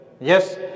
Yes